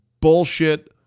bullshit